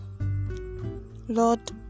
Lord